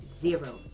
zero